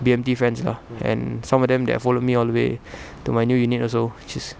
B_M_T friends lah and some of them they had followed me all the way to my new unit also which is